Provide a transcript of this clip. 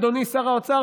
אדוני שר האוצר,